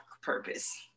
purpose